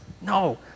No